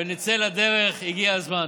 ונצא לדרך, הגיע הזמן.